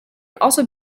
also